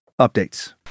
updates